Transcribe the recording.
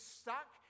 stuck